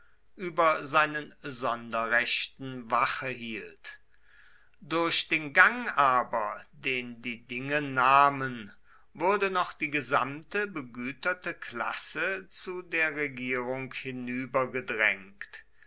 über seinen sonderrechten wache hielt durch den gang aber den die dinge nahmen wurde noch die gesamte begüterte klasse zu der regierung